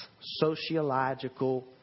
sociological